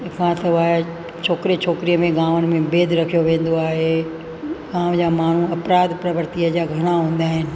तंहिंखां सवाइ छोकिरे छोकिरीअ में गामनि में भेदि रखियो वेंदो आहे गाम जा माण्हू अपराध प्रवृतीअ जा घणा हूंदा आहिनि